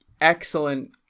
excellent